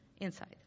inside